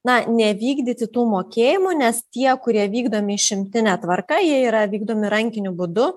na nevykdyti tų mokėjimų nes tie kurie vykdomi išimtine tvarka jie yra vykdomi rankiniu būdu